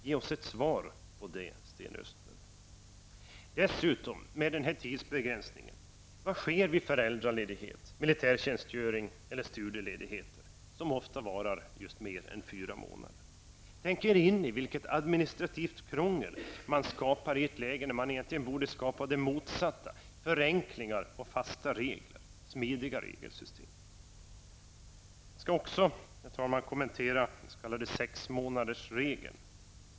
Ge oss ett svar på detta, Sten Vad sker med denna tidsbegränsning vid föräldraledighet, militärtjänstgöring eller studieledigheter, vilka ofta varar mer än fyra månader? Tänk er in i vilket administrativt krångel som skapas i ett läge när man egentligen borde skapa det motsatta, nämligen förenklingar, fasta regler och smidiga regelsystem. Herr talman! Jag skall också kommentera den s.k. sexmånadersregeln.